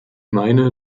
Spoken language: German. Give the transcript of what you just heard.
meine